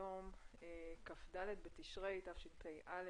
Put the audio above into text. היום כ"ד בתשרי התשפ"א,